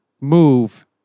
move